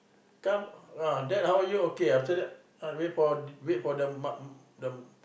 come ah dad how're you okay after that wait for the m~